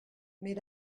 mais